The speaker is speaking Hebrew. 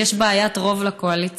יש בעיית רוב לקואליציה.